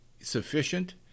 sufficient